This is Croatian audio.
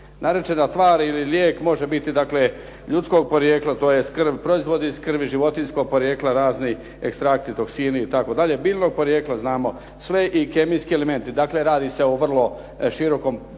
Naručena tvar ili lijek može biti dakle ljudskog porijekla, to je … /Govornik se ne razumije./ … razni ekstrakti, toksini itd., biljnog porijekla znamo sve i kemijski elementi. Dakle, radi se o vrlo širokom području